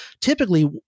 typically